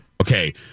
Okay